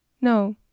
no